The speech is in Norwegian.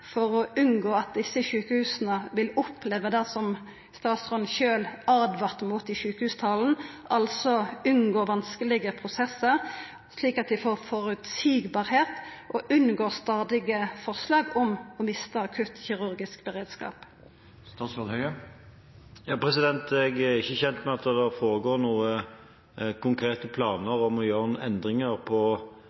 for å unngå at desse sjukehusa vil oppleva det som statsråden sjølv åtvara mot i sjukehustalen, altså unngå vanskelege prosessar, slik at det vert føreseieleg og ein unngår stadige forslag om å mista akuttkirurgisk beredskap. Jeg er ikke kjent med at det foreligger noen konkrete planer om å gjøre endringer på